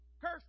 Curse